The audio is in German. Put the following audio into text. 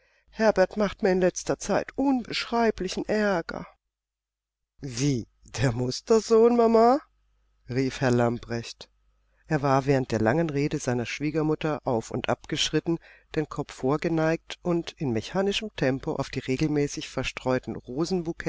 herbert macht mir in der letzten zeit unbeschreiblichen aerger wie der mustersohn mama rief herr lamprecht er war während der langen rede seiner schwiegermutter auf und ab geschritten den kopf vorgeneigt und in mechanischem tempo auf die regelmäßig verstreuten